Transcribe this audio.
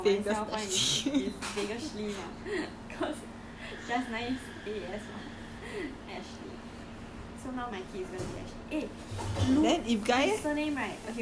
then my nickname since then I 取 for myself [one] is vagashley mah cause just nice A_S mah ashley so now my kid going to be ashley